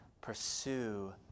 pursue